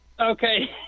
Okay